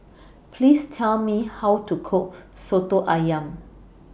Please Tell Me How to Cook Soto Ayam